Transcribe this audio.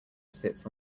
sits